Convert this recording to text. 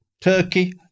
turkey